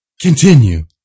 Continue